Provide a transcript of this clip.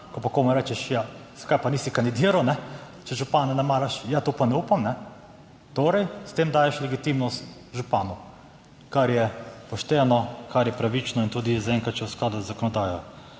ko pa komu rečeš, ja zakaj pa nisi kandidiral, če župana ne maraš – ja tega pa ne upam. Torej s tem daješ legitimnost županu, kar je pošteno, kar je pravično in tudi zaenkrat še v skladu z zakonodajo.